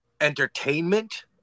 Entertainment